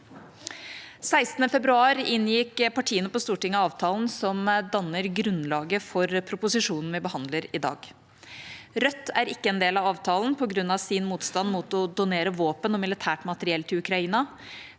16. februar inngikk partiene på Stortinget avtalen som danner grunnlaget for proposisjonen vi behandler i dag. Rødt er ikke en del av avtalen på grunn av sin motstand mot å donere våpen og militært materiell til Ukraina.